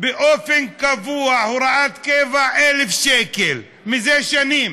באופן קבוע הוראת קבע 1,000 שקל מזה שנים.